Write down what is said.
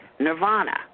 Nirvana